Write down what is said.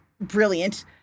brilliant